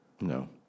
No